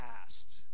past